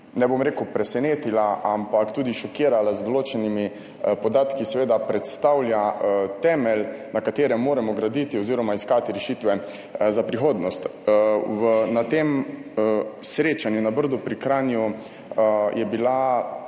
ne bom rekel presenetila, ampak tudi šokirala z določenimi podatki, seveda predstavlja temelj na katerem moramo graditi oziroma iskati rešitve za prihodnost. Na tem srečanju na Brdu pri Kranju je bila